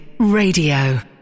Radio